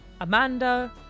Amanda